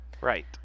Right